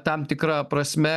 tam tikra prasme